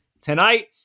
tonight